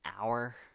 hour